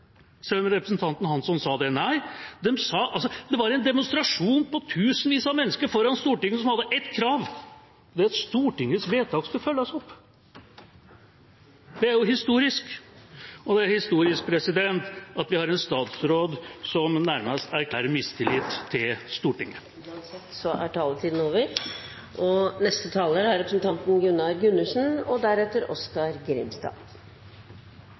selv om representanten Hansson sa det. Nei, det var en demonstrasjon med tusenvis av mennesker foran Stortinget som hadde ett krav, at Stortingets vedtak skal følges opp. Det er historisk – og det er historisk at vi har en statsråd som nærmest erklærer mistillit til Stortinget. Uansett er taletiden over. De talere som heretter får ordet, har en taletid på inntil 3 minutter. Det skal innrømmes at dette er